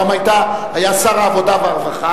פעם היה שר העבודה והרווחה,